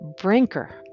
Brinker